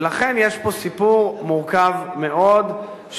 ולכן יש פה סיפור מורכב מאוד,